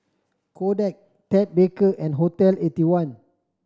Kodak Ted Baker and Hotel Eighty one